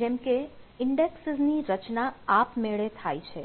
જેમ કે ઈન્ડેક્સિસ ની રચના આપમેળે થાય છે